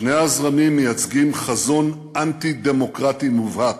שני הזרמים מייצגים חזון אנטי-דמוקרטי מובהק,